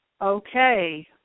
Okay